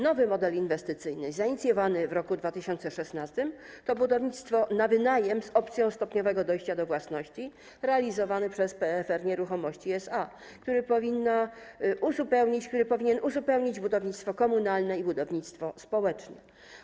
Nowy model inwestycyjny zainicjowany w roku 2016 to budownictwo na wynajem z opcją stopniowego dojścia do własności realizowany przez PFR Nieruchomości SA, który powinien uzupełnić budownictwo komunalne i budownictwo społeczne.